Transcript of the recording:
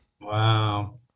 Wow